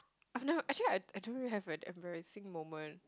I have never actually I I don't really have an embarrassing moment